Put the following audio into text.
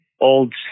old